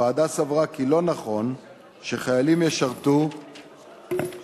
הוועדה סברה כי לא נכון שחיילים ישרתו במשימות